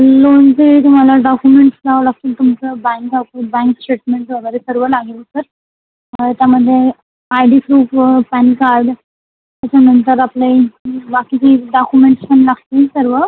लोनचे तुम्हाला डॉक्युमेंट्स लावावे लागतील तुमचं बँक अकाऊंट बँक स्टेटमेंट वगैरे सर्व लागेल सर त्यामध्ये आयडी प्रूफ व पॅन कार्ड त्याच्यानंतर आपलं हे बाकीचे डॉक्युमेंट्स पण लागतील सर्व